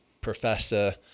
professor